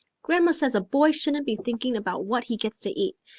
grandma says a boy shouldn't be thinking about what he gets to eat,